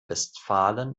westfalen